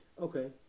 Okay